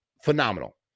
Phenomenal